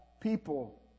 people